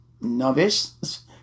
novice